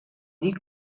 dir